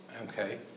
okay